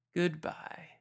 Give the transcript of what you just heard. goodbye